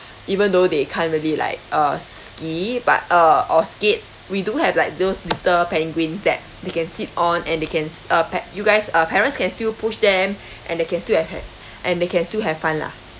even though they can't really like uh ski but uh or skate we do have like those little penguins that they can sit on and they can s~ uh pa~ you guys uh parents can still push them and they can still have ha~ and they can still have fun lah